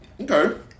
Okay